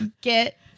get